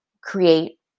create